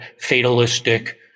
fatalistic